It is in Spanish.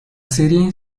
serie